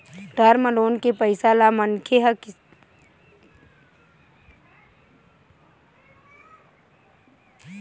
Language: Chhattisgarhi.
टर्म लोन के पइसा ल मनखे ह किस्ती म छूटथे चाहे ओहा महिना वाले किस्ती बंधाके छूट सकत हे